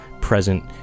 present